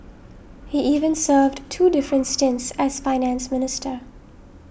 he even served two different stints as Finance Minister